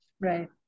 Right